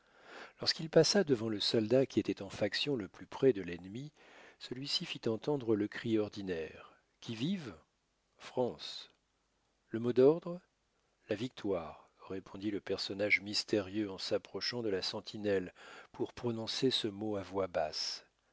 lorsqu'il passa devant le soldat qui était en faction le plus près de l'ennemi celui-ci fit entendre le cri ordinaire qui vive france le mot d'ordre la victoire répondit le personnage mystérieux en s'approchant de la sentinelle pour prononcer ce mot à voix basse